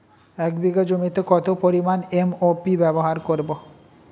এক বিঘা জমিতে কত পরিমান এম.ও.পি ব্যবহার করব?